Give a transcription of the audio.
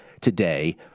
today